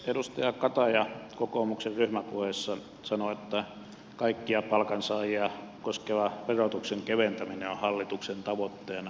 edustaja kataja kokoomuksen ryhmäpuheessa sanoi että kaikkia palkansaajia koskeva verotuksen keventäminen on hallituksen tavoitteena